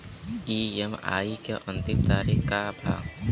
EMI के अंतिम तारीख का बा?